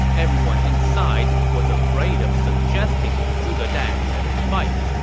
everyone inside was afraid of suggesting to zhuge dan that they fight.